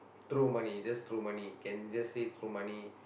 throw money just throw money can just say throw money